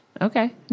Okay